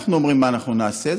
אנחנו אומרים מה נעשה,